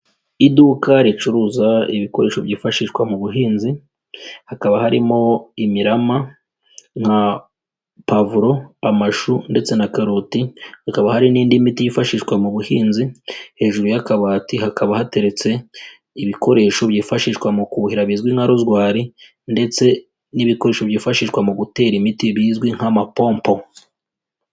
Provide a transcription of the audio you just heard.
Iduka ricuruza ibikoresho byifashishwa mu buhinzi hakaba harimo imirama nka pavuro, amashu ndetse na karoti, hakaba hari n'indi miti yifashishwa mu buhinzi, hejuru y'akabati hakaba hateretse ibikoresho byifashishwa mu kuhira bizwi nka rozwari ndetse n'ibikoresho byifashishwa mu gutera imiti bizwi nk'amapompo.